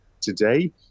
today